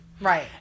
Right